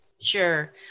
Sure